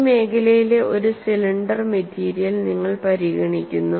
ഈ മേഖലയിലെ ഒരു സിലിണ്ടർ മെറ്റീരിയൽ നിങ്ങൾ പരിഗണിക്കുന്നു